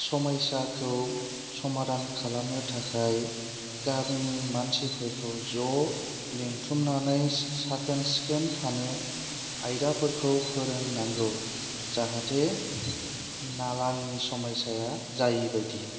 समैसाखौ समादान खालामनो थाखाय गामिनि मानसिफोरखौ ज' लेंथुमनानै साखोन सिखोन थानो आयदाफोरखौ फोरोंनांगौ जाहाथे नालानि समैसाया जायै बायदि